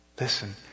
Listen